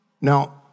Now